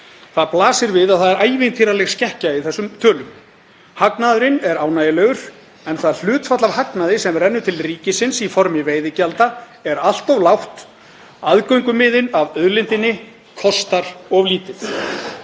Það blasir við að það er ævintýraleg skekkja í þessum tölum. Hagnaðurinn er ánægjulegur en það hlutfall af hagnaði sem rennur til ríkisins í formi veiðigjalda er allt of lágt. Aðgöngumiðinn af auðlindinni kostar of lítið.